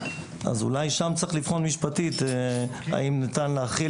אז אולי שם צריך לבחון משפטית אם ניתן להחיל